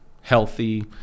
healthy